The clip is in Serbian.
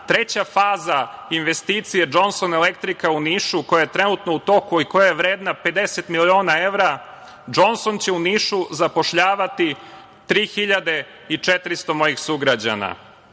treća faza investicije „Džonson elektrik“ koja je trenutno u toku i koja je vredna 50 miliona evra, „Džonson“ će u Nišu zapošljavati 3.400 mojih sugrađana.